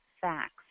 facts